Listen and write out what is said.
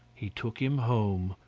he took him home,